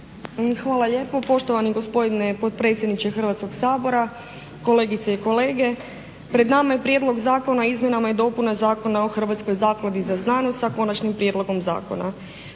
Hvala lijepo. Poštovani gospodine potpredsjedniče Hrvatskog sabora, kolegice i kolege. Pred nama je Prijedlog zakona o izmjenama i dopunama Zakona o Hrvatskoj zakladi za znanost s konačnim prijedlogom zakona.